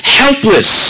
helpless